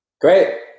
Great